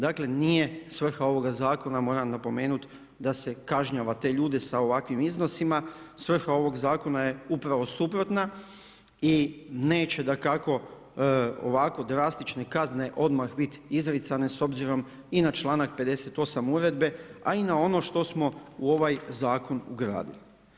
Dakle nije svrha ovoga zakona moram napomenuti da se kažnjava te ljude sa ovakvim iznosima, svrha ovog zakona je upravo suprotna i neće dakako ovako drastične kazne odmah biti izricane s obzirom i na članak 58. uredbe, a i na ono što smo u ovaj zakon ugradili.